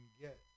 get